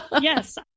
Yes